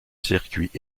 circuits